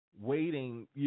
waiting